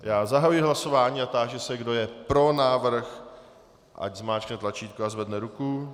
Zahajuji hlasování a táži se, kdo je pro návrh, ať zmáčkne tlačítko a zvedne ruku.